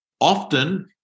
Often